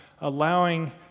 allowing